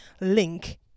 link